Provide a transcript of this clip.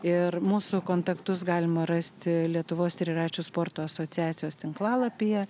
ir mūsų kontaktus galima rasti lietuvos triračių sporto asociacijos tinklalapyje